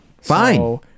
Fine